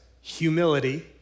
humility